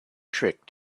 trick